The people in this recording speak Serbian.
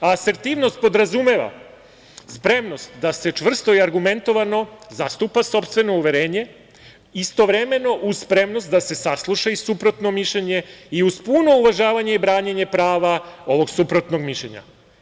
Asertivnost podrazumeva spremnost da se čvrsto i argumentovano zastupa sopstveno uverenje, istovremeno uz spremnost da se sasluša i suprotno mišljenje i uz puno uvažavanje i branjenje prava ovog suprotnog mišljenja.